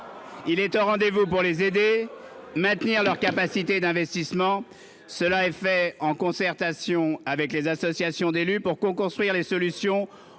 Il est au rendez-vous pour les aider et pour maintenir leurs capacités d'investissement. Il agit en concertation avec les associations d'élus pour coconstruire les solutions